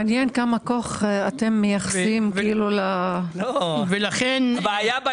מעניין כמה כוח אתם מייחסים- -- הביעה של